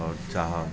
आओर चाहब